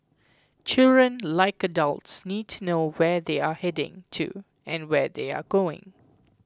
children like adults need to know where they are heading to and where they are going